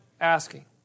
asking